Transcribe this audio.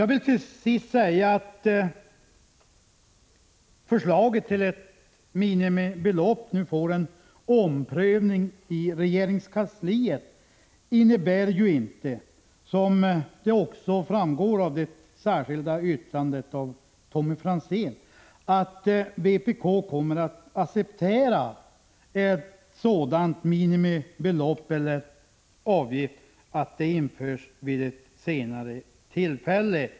Till sist: Att frågan om ett minimibelopp för skogsvårdsavgifter omprövas i regeringskansliet innebär inte — som framgår av Tommy Franzéns särskilda yttrande — att vpk kommer att acceptera att ett minimibelopp, en avgift, införs vid ett senare tillfälle.